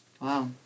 Wow